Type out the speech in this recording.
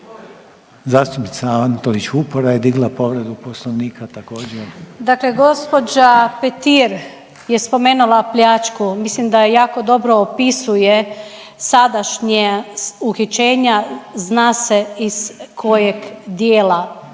Zastupnica Antolić Vupora je digla povredu Poslovnika, također. **Antolić Vupora, Barbara (SDP)** Dakle gđa. Petir je spomenula pljačku. Mislim da je jako dobro opisuje sadašnje uhićenja zna se iz kojeg dijela